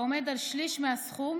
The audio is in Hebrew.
העומד על שליש מהסכום